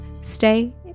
Stay